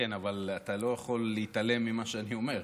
כן, אבל אתה לא יכול להתעלם ממה שאני אומר.